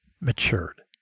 matured